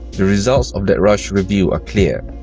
the results of that rushed review are clear.